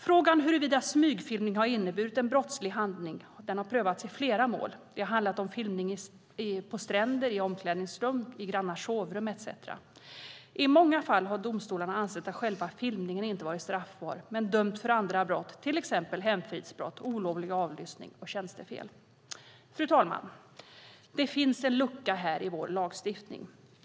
Frågan huruvida smygfilmning har inneburit en brottslig handling har prövats i flera mål. Det har handlat om filmning på stränder, i omklädningsrum, i grannars sovrum etcetera. I många fall har domstolarna ansett att själva filmningen inte varit straffbar men dömt för andra brott, till exempel hemfridsbrott, olovlig avlyssning och tjänstefel. Fru talman! Här finns en lucka i vår lagstiftning.